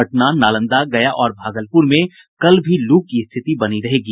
पटना नालंदा गया और भागलपुर में कल भी लू की स्थिति बनी रहेगी